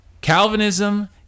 Calvinism